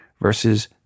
versus